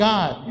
God